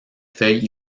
feuilles